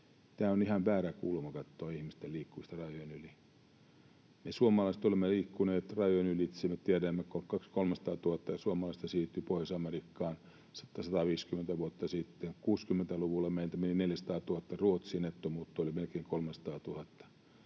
Tämä on ihan väärä kulma katsoa ihmisten liikkumista rajojen yli. Me suomalaiset olemme liikkuneet rajojen ylitse. 200 000—300 000 suomalaista siirtyi Pohjois-Amerikkaan 150 vuotta sitten, 60-luvulla meiltä meni 400 000 Ruotsiin. Nettomuutto oli melkein 300 000,